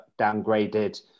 downgraded